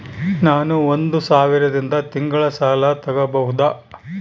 ನಾನು ಒಂದು ಸಾವಿರದಿಂದ ತಿಂಗಳ ಸಾಲ ತಗಬಹುದಾ?